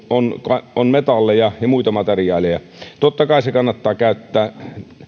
on on metalleja ja muita materiaaleja totta kai ne kannattaa käyttää